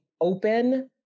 open